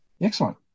excellent